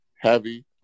heavy